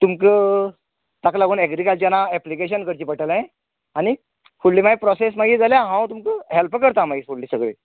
तुमकां ताका लागून एग्रीक्लचरा एप्लीकेशन करचे पडटले आनी फुडले मागीर प्रोसेस मागीर जाल्या हांव तुमका हेल्प करता मागीर फुडली सगळीं